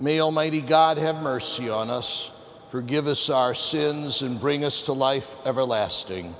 mail may god have mercy on us forgive us our sins and bring us to life everlasting